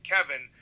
Kevin